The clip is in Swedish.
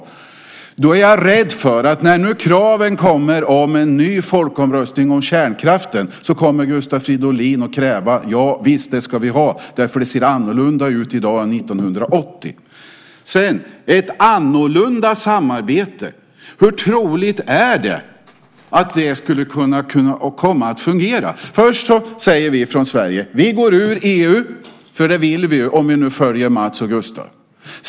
Jag är då rädd för att när det nu kommer krav på en ny folkomröstning om kärnkraften kommer Gustav Fridolin att kräva att vi ska ha det därför att det ser annorlunda ut i dag än 1980. Hur troligt är det att ett annorlunda samarbete skulle kunna fungera? Först säger vi från Sverige att vi går ur EU, eftersom det är vad vi vill om vi följer Mats och Gustav.